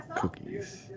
Cookies